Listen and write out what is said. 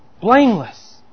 blameless